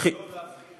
ולא להפחיד